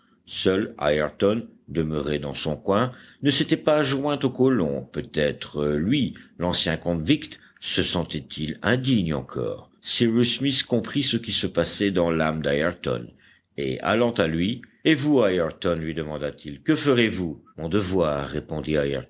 seul ayrton demeuré dans son coin ne s'était pas joint aux colons peut-être lui l'ancien convict se sentait-il indigne encore cyrus smith comprit ce qui se passait dans l'âme d'ayrton et allant à lui et vous ayrton lui demanda-t-il que ferez-vous mon devoir répondit